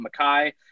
Makai